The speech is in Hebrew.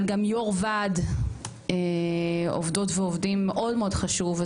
אבל גם יו"ר ועד עובדות ועובדים מאוד מאוד חשוב.